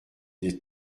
des